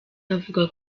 avuga